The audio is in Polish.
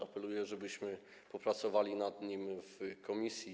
Apeluję, żebyśmy popracowali nad nim w komisji.